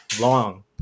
long